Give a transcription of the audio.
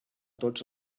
tots